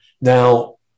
Now